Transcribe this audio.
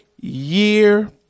year